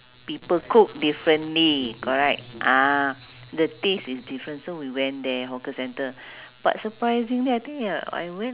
yes very competitive correct oh batam eh batam batam now the exchange rate also ni eh turun eh